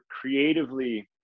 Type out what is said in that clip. creatively